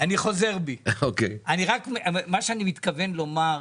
אני מתכוון לומר,